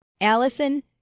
Allison